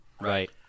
Right